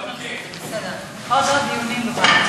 עוד דיונים בוועדה.